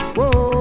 Whoa